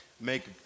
make